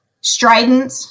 strident